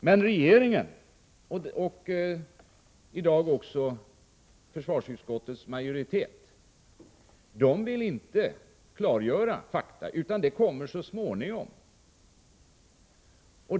Men regeringen och i dag också försvarsutskottets majoritet vill inte klargöra fakta. Sådana skall komma så småningom.